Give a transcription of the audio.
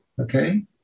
Okay